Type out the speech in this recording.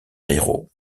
héros